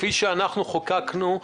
כפי שאנחנו חוקקנו,